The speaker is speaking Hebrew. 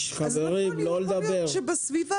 יכול להיות שבסביבה